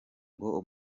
ngo